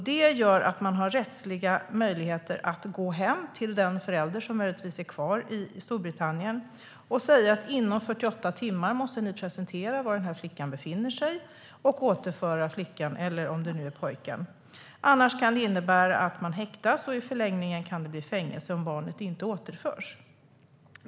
Det ger rättsliga möjligheter att gå hem till den förälder som möjligtvis är kvar i Storbritannien och säga att denne inom 48 timmar måste tala om var flickan, eller om det är pojken, befinner sig och återföra henne eller honom. I annat fall kan föräldern häktas, och om barnet inte återförs kan det i förlängningen leda till fängelsestraff.